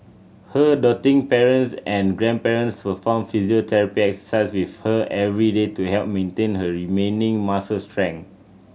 her doting parents and grandparents perform physiotherapy exercise with her every day to help maintain her remaining muscle strength